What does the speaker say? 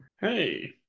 hey